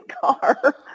car